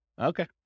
Okay